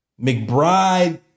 McBride